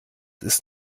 ist